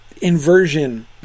inversion